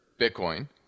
Bitcoin